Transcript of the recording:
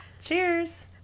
cheers